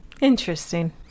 Interesting